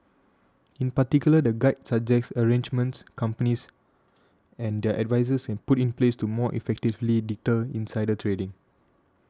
in particular the guide suggests arrangements companies and their advisers can put in place to more effectively deter insider trading